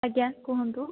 ଆଜ୍ଞା କୁହନ୍ତୁ